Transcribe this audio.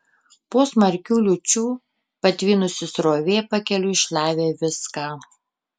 po smarkių liūčių patvinusi srovė pakeliui šlavė viską